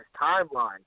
timeline